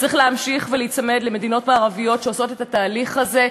וצריך להמשיך ולהיצמד למדינות מערביות שעושות את התהליך הזה.